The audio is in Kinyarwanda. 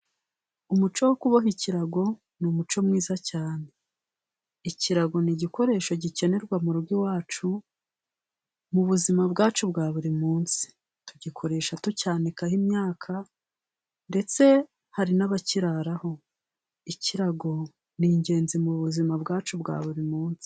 Umuco wo kuboha ikirago ni umuco mwiza cyane. Ikirago ni igikoresho gikenerwa mu rugo iwacu mu buzima bwacu bwa buri munsi. Tugikoresha tucyanikaho imyaka ndetse hari n'abakiraraho. Ikirago ni ingenzi mu buzima bwacu bwa buri munsi.